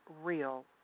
real